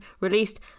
released